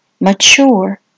mature